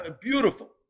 beautiful